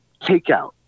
takeout